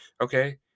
okay